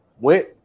went